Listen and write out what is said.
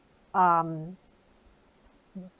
um